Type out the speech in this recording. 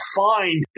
find